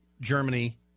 Germany